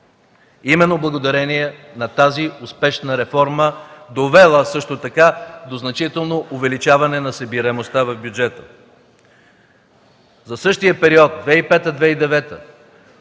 именно благодарение на тази успешна реформа, довела също така до значително увеличаване на събираемостта в бюджета; за същия период – 2005-2009